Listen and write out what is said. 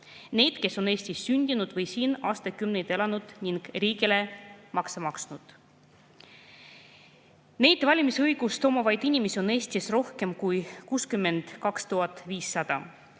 neid, kes on Eestis sündinud või siin aastakümneid elanud ning riigile makse maksnud. Neid valimisõigust omavaid inimesi on Eestis rohkem kui 62 500